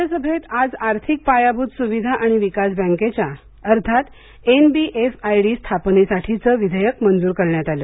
राज्यसभेत आज आर्थिक पायाभूत सुविधा आणि विकास बँकेच्या अर्थात N B F I D स्थापनेसाठीचं विधेयक मंजूर करण्यात आलं